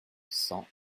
cent